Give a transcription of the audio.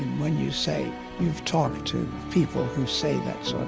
when you say you've talked to people who say that sort